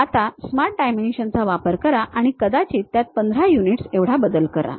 आता smart dimension चा वापर करा आणि कदाचित त्यात 15 युनिट्स एवढा बदल करा